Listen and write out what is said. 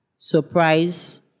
Surprise